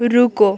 रुको